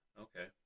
Okay